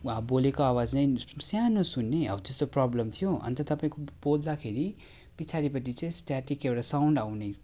वा बोलेको आवाज नै सानो सुन्ने हौ त्यस्तो प्रब्लम थियो अन्त तपाईँको बोल्दा खेरि पछाडिपट्टि चाहिँ स्टाटिक एउटा साउन्ड आउने